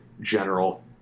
general